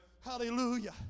Hallelujah